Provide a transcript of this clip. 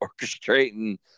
orchestrating